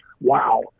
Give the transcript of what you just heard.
Wow